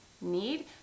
need